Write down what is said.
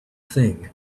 thing